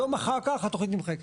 יום אחר כך התוכנית נמחקת.